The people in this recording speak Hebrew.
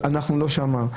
אנחנו לא שם,